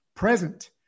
present